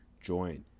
join